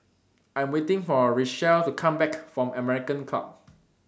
I Am waiting For Richelle to Come Back from American Club